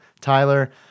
Tyler